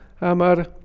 Amar